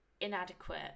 inadequate